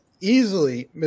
easily